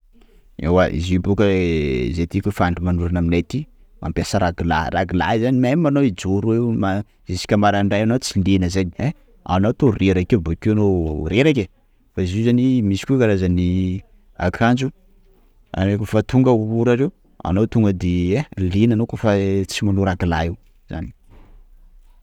Ewa izy bôka zahay aty kôfa andro manorana aminay aty, mampiasa ragla, ragla zany même anao hijoro eo; ziska marandraina anao tsy lena zany ein! anao to reraka bakeo anao reraka e! fa izy io zany misy koa karazan'ny akanjo anao kôfa tonga orana io, anao tonga de ein! lena anao kôfa tsy manao ragla io. zany.